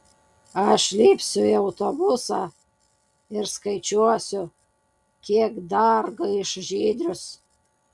aš lipsiu į autobusą ir skaičiuosiu kiek dar gaiš žydrius